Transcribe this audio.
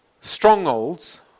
Strongholds